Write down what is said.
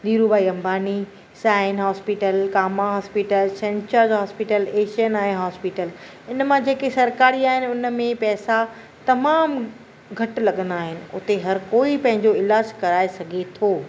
Dhirubhai Ambani Sion hospital Cama hospital hospital Asian eye hospital इन मां जेके सरकारी आहिनि हुन में पैसा तमामु घटि लॻंदा आहिनि उते हर कोई पंहिंजो इलाजु कराए सघे थो